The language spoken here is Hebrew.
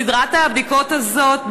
בסדרת הבדיקות הזאת,